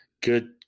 good